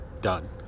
done